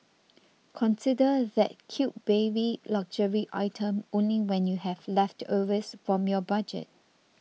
consider that cute baby luxury item only when you have leftovers from your budget